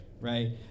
right